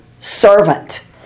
servant